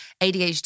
ADHD